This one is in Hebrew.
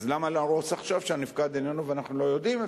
אז למה להרוס עכשיו כשהנפקד איננו ואנחנו לא יודעים?